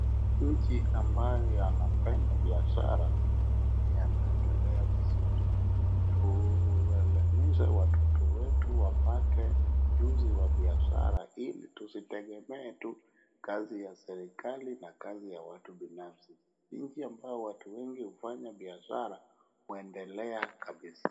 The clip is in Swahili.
Nchi ambayo yanapenda biashara yanaendelea vizuri. Tuelimishe watoto wetu wapate ujuzi wa biashara ili tusitegemee tu kazi ya serikali na kazi ya watu binafsi. Nchi ambayo watu wengi hufanya biashara huendelea kabisa.